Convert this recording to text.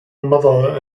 mother